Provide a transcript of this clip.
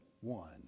one